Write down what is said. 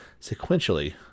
sequentially